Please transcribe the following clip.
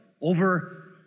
over